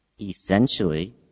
Essentially